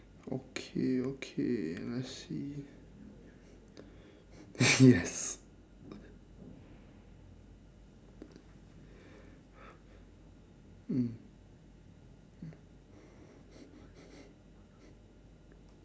okay okay let's see yes